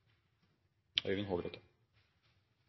Øyvind